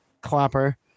Clapper